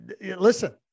listen